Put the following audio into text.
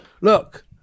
Look